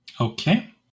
Okay